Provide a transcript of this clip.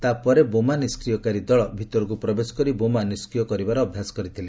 ତା'ପରେ ବୋମା ନିଷ୍ରିୟକାରୀ ଦଳ ଭିତରକୁ ପ୍ରବେଶ କରି ବୋମା ନିଷ୍ଟ୍ରୟ କରିବାର ଅଭ୍ୟାସ କରିଥିଲେ